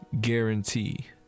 guarantee